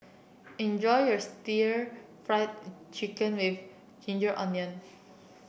enjoy your stir Fry Chicken with ginger onion